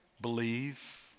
believe